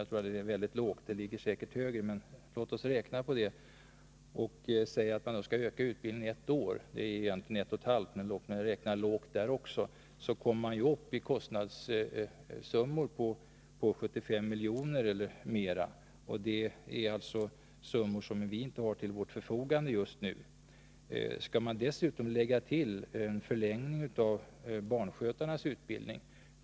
— jag tror att det är mycket lågt räknat — och säger att utbildningen skall ökas med ett år, även om det egentligen handlar om ett och ett halvt år, kommer man upp i en kostnad på 75 milj.kr. eller mera. Det är en summa som vi inte har till vårt förfogande. Och dessutom kan man lägga till en förlängning av barnskötarnas utbildning.